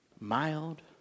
mild